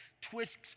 twists